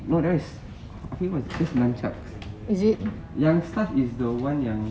no that one is nunchaks young stuff is the one yang